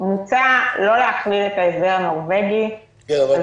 מוצע לא להכליל את ההסדר הנורבגי על